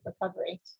recovery